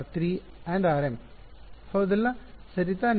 rm ಹೌದಲ್ಲ ಸರಿ ತಾನೆ